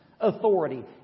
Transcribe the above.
authority